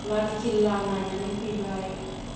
लाल किला नायनानै फैबाय